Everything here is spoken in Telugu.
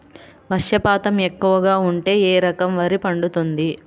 వర్షపాతం ఎక్కువగా ఉంటే ఏ రకం వరి పండుతుంది?